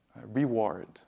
reward